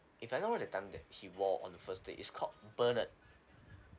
if I know where the time that he wore on first day is called bernard